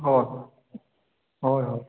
हो सं होय होय